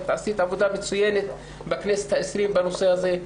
עשית עבודה מצוינת בכנסת העשרים בנושא הזה.